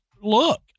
look